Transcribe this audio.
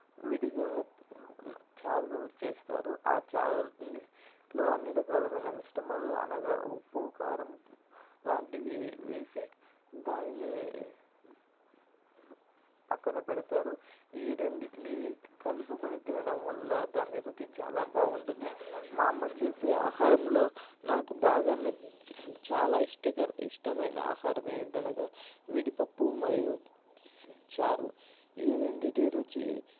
విడిగా చారు చేస్తారు ఆ చారుని లో అన్ని రకాలైన మిశ్రమాలు అనగా ఉప్పు కారం లాంటివి వేసి దానిని పక్కన పెడతారు ఈ రెండిటిని కలుపుకుని తినడం వల్ల దాని రుచి చాలా బాగుంటుంది మా అమ్మ చేసే ఆహారంలో నాకు బాగా నచ్చి చాలా ఇష్టంగా ఇష్టమైన ఆహారం ఏమిటి అనగా విడిపప్పు మరియు చారు ఈ రెండిటి రుచి